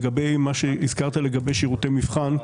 לגבי מה שהזכרת לגבי שירותי מבחן,